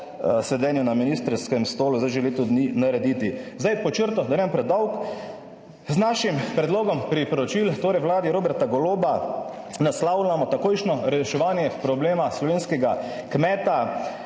sedenju na ministrskem stolu zdaj že leto dni narediti. Pod črto, da ne bom predolg, z našim predlogom priporočil, torej Vladi Roberta Goloba naslavljamo takojšnjo reševanje problema slovenskega kmeta.